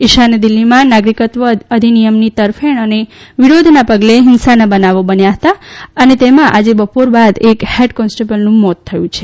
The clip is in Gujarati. ઇશાન દિલ્હીમાં નાગરિકત્વ અધિનિયમની તરફેણ અને વિરોધના પગલે હીંસાના બનાવો બન્યા હતા અને તેમાં આજે બપોર બાદ એક ફેડકોન્સ્ટેબલનું મોત થયું છે